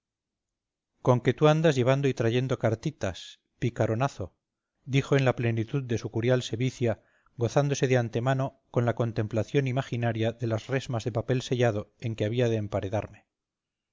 vestiglo conque tú andas llevando y trayendo cartitas picaronazo dijo en la plenitud de su curial sevicia gozándose de antemano con la contemplación imaginaria de las resmas de papel sellado en que había de emparedarme